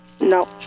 No